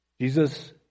Jesus